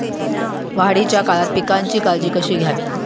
वाढीच्या काळात पिकांची काळजी कशी घ्यावी?